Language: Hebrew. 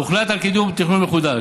והוחלט על קידום תכנון מחודש,